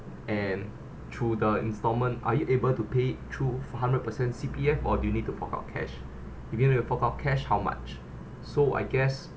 and through the installment are you able to pay through full hundred percent C_P_F or do you need to fork out cash if you need to fork out cash how much so I guess